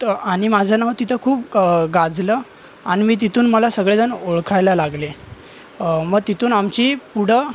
तर आणि माझं नाव तिथं खूप गाजलं आणि मी तिथून मला सगळे जण ओळखायला लागले मग तिथून आमची पुढं